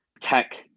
tech